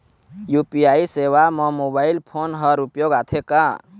UPI सेवा म mobile phone हर उपयोग आथे का?